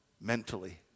mentally